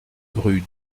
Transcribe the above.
rue